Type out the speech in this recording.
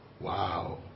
wow